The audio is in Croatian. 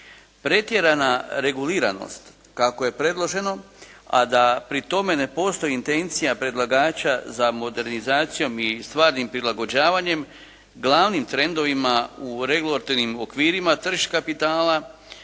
Pretjerana reguliranost kako je predloženo, a da pri tome ne postoji intencija predlagača za modernizacijom i stvarnim prilagođavanjem, glavnim trendovima u regulatornim okvirima tržišta kapitala